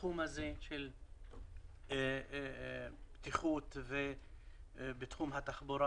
בתחום הזה של איכות ובתחום התחבורה.